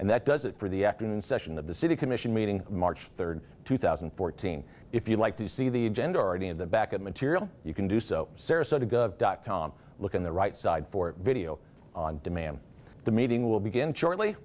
and that does it for the afternoon session of the city commission meeting march third two thousand and fourteen if you like to see the agenda already in the back of material you can do so sarasota go dot com look in the right side for video on demand the meeting will begin shortly